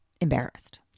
embarrassed